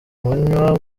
manywa